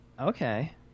Okay